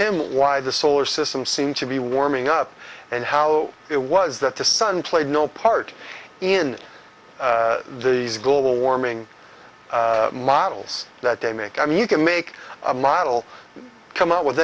him why the solar system seemed to be warming up and how it was that the sun played no part in these global warming models that they make i mean you can make a model come out with